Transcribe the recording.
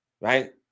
right